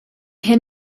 hyn